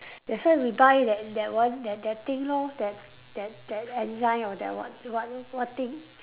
that's why we buy that that one that that thing lor that that that enzyme or that what what what thing